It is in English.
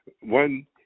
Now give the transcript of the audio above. one